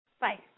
Bye